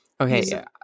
Okay